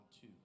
Two